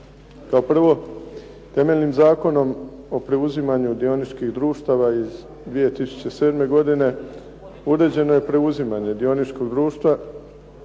Kao prvo, temeljnim Zakonom o preuzimanju dioničkih društava iz 2007. godine uređeno je preuzimanje dioničkog društva